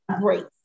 great